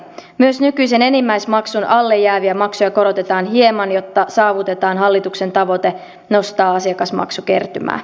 myös nykyisen enimmäismaksun alle jääviä maksuja korotetaan hieman jotta saavutetaan hallituksen tavoite nostaa asiakasmaksukertymää